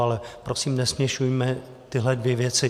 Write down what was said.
Ale prosím, nesměšujme tyhle dvě věci.